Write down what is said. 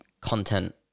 content